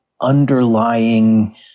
underlying